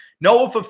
Noah